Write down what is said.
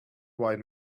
white